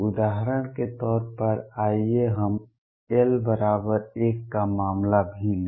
उदाहरण के तौर पर आइए हम l 1 का मामला भी लें